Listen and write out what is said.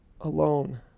alone